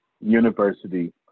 university